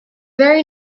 very